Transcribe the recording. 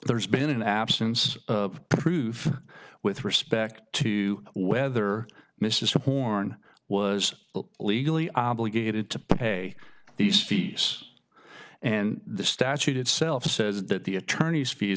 there's been an absence of proof with respect to whether mrs support in was legally obligated to pay these fees and the statute itself says that the attorney's fees